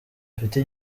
afite